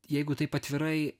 jeigu taip atvirai